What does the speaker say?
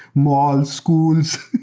malls, schools.